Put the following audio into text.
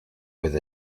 with